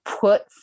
put